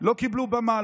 לא קיבלו במה,